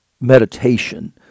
meditation